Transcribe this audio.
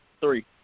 three